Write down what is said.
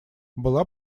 была